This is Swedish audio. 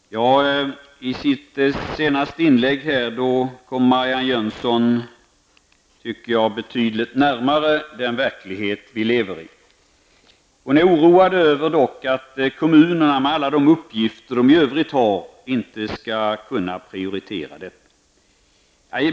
Herr talman! I sitt senaste inlägg tycker jag att Marianne Jönsson kom betydligt närmare den verklighet vi lever i. Hon är dock oroad över att kommunerna inte skall kunna prioritera denna fråga framför alla sina andra uppgifter.